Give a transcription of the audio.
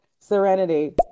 serenity